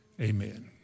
amen